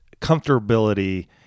comfortability